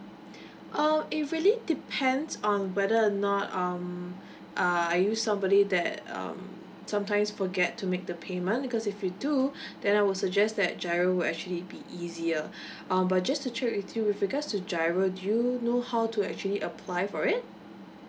uh it really depends on whether or not um err are you somebody that um sometimes forget to make the payment because if you do then I will suggest that GIRO will actually be easier um but just to check with you with regards to GIRO do you know how to actually apply for it